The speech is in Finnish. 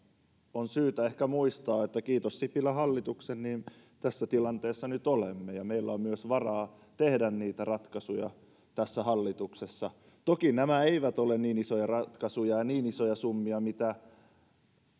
on syytä ehkä muistaa että kiitos sipilän hallituksen tässä tilanteessa nyt olemme ja meillä on myös varaa tehdä niitä ratkaisuja tässä hallituksessa toki nämä eivät ole niin isoja ratkaisuja ja niin isoja summia kuin mitä